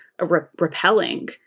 repelling